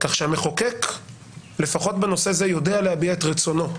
כך שהמחוקק לפחות בנושא זה יודע להביע את רצונו.